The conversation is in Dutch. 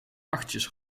achtjes